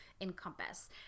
encompass